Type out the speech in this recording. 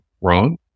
wrong